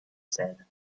said